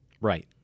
Right